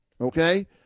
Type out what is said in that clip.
Okay